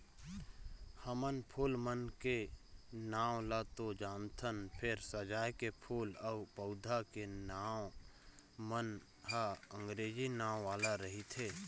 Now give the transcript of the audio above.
हमन फूल मन के नांव ल तो जानथन फेर सजाए के फूल अउ पउधा के नांव मन ह अंगरेजी नांव वाला रहिथे